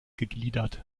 gegliedert